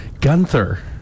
Gunther